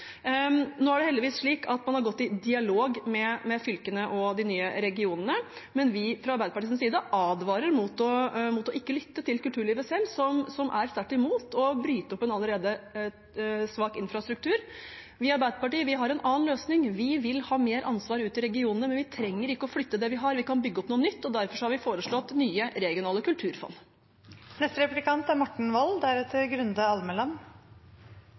Nå er det heldigvis slik at man har gått i dialog med fylkene og de nye regionene, men fra Arbeiderpartiets side advarer vi mot ikke å lytte til kulturlivet selv, som er sterkt imot å bryte opp en allerede svak infrastruktur. Vi i Arbeiderpartiet har en annen løsning: Vi vil ha mer ansvar ut til regionene, men vi trenger ikke å flytte det vi har, vi kan bygge opp noe nytt, og derfor har vi foreslått nye regionale